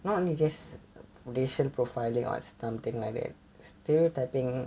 not only just racial profiling or something like that stereotyping